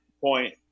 point